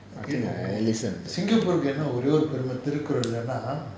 I think I listen singapore